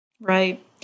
Right